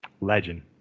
Legend